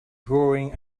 drawing